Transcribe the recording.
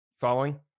following